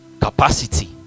capacity